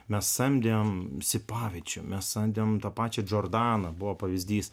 mes samdėm mes samdėm tą pačią džordaną buvo pavyzdys